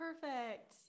perfect